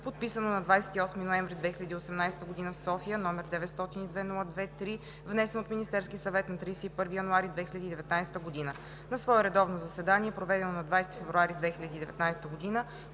подписано на 28 ноември 2018 г. в София, № 902-02-3, внесен от Министерския съвет на 31 януари 2019 г. На свое редовно заседание, проведено на 20 февруари 2019 г.,